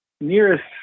nearest